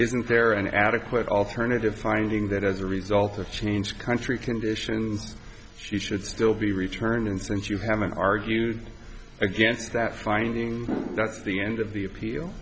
isn't there an adequate alternative finding that as a result or change country conditions she should still be returned and since you haven't argued against that finding that's the end of the appeal